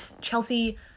Chelsea